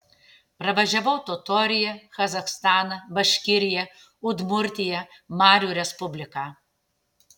pravažiavau totoriją kazachstaną baškiriją udmurtiją marių respubliką